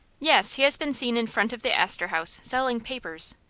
yes, he has been seen in front of the astor house, selling papers.